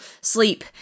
sleep